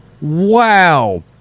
Wow